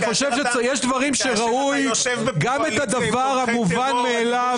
אני חושב שיש דברים שראוי גם את הדבריו המובן מאליו.